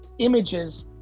images,